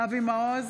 אבי מעוז,